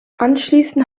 anschließend